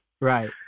Right